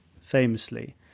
famously